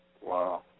Wow